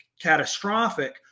catastrophic